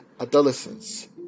adolescence